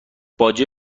باجه